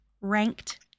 ranked